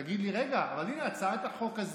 תגיד לי, רגע, אבל הינה, הצעת החוק הזו,